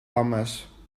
homes